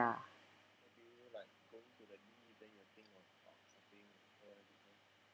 ya